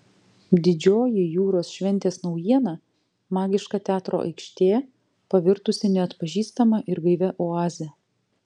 didžioji jūros šventės naujiena magiška teatro aikštė pavirtusi neatpažįstama ir gaivia oaze